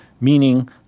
meaning